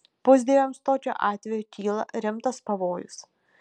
pusdieviams tokiu atveju kyla rimtas pavojus